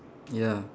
ya